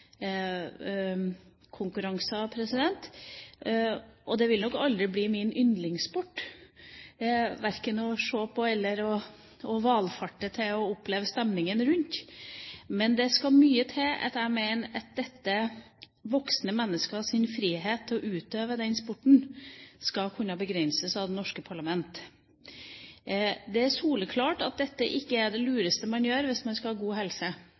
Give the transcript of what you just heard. Det vil nok aldri bli min yndlingssport, verken å se på eller å valfarte til og oppleve stemningen rundt, men det skal mye til at jeg mener at voksne menneskers frihet til å utøve den sporten skal kunne begrenses av det norske parlament. Det er soleklart at dette ikke er det lureste man gjør hvis man skal ha god helse,